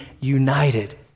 united